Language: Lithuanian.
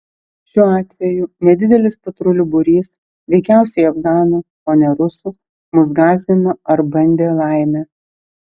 šiuo atveju nedidelis patrulių būrys veikiausiai afganų o ne rusų mus gąsdino ar bandė laimę